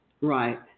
Right